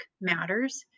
matters